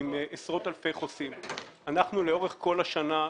יש מחויבות אוצרית